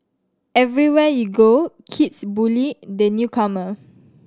everywhere you go kids bully the newcomer